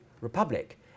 republic